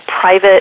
private